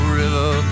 river